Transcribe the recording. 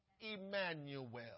Emmanuel